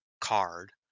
card